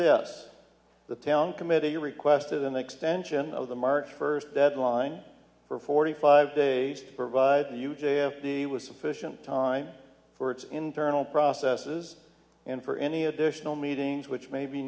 this the town committee you requested an extension of the march first deadline for forty five days to provide the u g the was sufficient time for its internal processes and for any additional meetings which may be